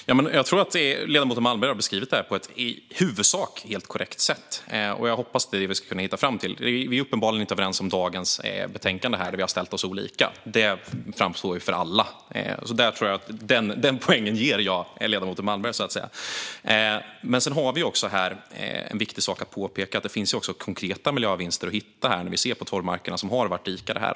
Fru talman! Jag tror att ledamoten Malmberg har beskrivit detta på ett i huvudsak helt korrekt sätt. Vi är uppenbarligen inte överens om dagens betänkande där vi gör olika ställningstaganden. Det framgår för alla. Den poängen ger jag ledamoten Malmberg, så att säga. Det finns också en viktig sak att påpeka här, nämligen att man kan hitta konkreta miljövinster här när man tittar på de torvmarker som har varit dikade.